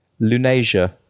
Lunasia